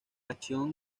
acción